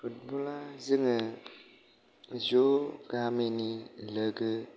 फुटबला जोङो ज गामिनि लोगो